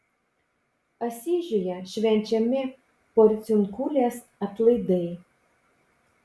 asyžiuje švenčiami porciunkulės atlaidai